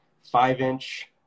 five-inch